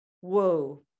whoa